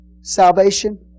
salvation